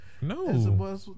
No